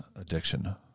addiction